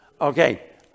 okay